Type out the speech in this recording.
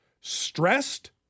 stressed